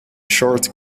short